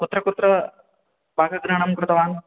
कुत्र कुत्र भागग्रहणं कृतवान्